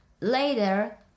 Later